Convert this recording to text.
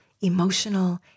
emotional